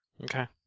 Okay